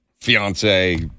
fiance